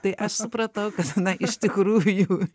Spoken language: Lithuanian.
tai aš supratau kad na iš tikrųjų